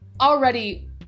Already